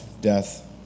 death